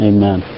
Amen